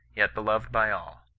yet beloved by all